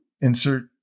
insert